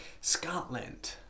Scotland